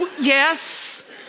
Yes